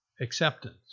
acceptance